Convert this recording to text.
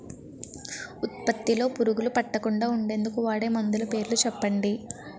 ఉత్పత్తి లొ పురుగులు పట్టకుండా ఉండేందుకు వాడే మందులు పేర్లు చెప్పండీ?